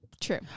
True